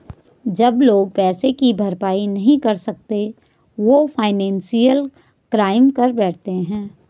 जब लोग पैसे की भरपाई नहीं कर सकते वो फाइनेंशियल क्राइम कर बैठते है